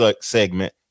segment